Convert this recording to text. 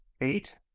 eight